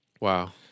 Wow